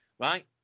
Right